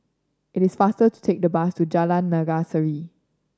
it is faster to take the bus to Jalan Naga Sari